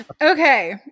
Okay